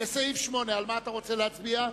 למס' 8, על מה אתה רוצה להצביע?